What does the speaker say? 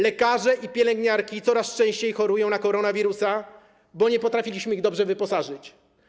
Lekarze i pielęgniarki coraz częściej chorują na koronawirusa, bo nie potrafiliśmy ich dobrze wyposażyć.